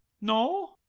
no